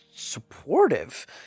supportive